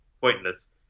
pointless